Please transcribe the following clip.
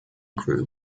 group